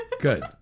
good